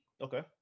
Okay